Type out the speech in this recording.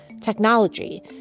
technology